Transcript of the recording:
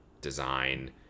design